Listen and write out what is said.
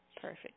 Perfect